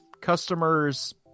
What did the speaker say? customers